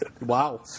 Wow